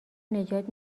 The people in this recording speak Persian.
نجات